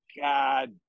god